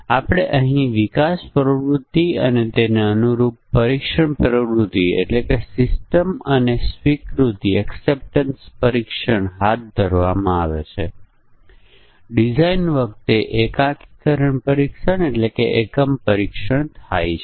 તેથી આપણી પાસે ઇનપુટ મૂલ્યો છે અને આપણી પાસે કઇ ક્રિયાઓની અપેક્ષા રાખવી જોઈએ તે પણ છે જે પરીક્ષણ કેસ માટે જરૂરી છે